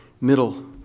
middle